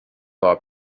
saw